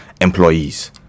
employees